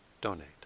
donate